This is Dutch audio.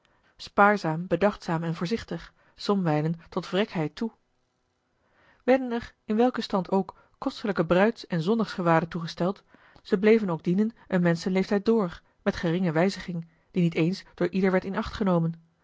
spaarzaam bedachtzaam en voorzichtig somwijlen tot vrekheid toe werden er in welken stand ook kostelijke bruids en zondagsgewaden toegesteld ze bleven ook dienen een menschenleeftijd door met geringe wijziging die niet eens door ieder werd in acht genomen